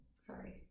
sorry